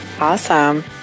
Awesome